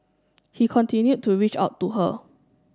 he continued to reach out to her